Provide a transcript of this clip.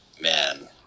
man